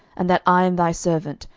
and that i am thy servant,